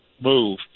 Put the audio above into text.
move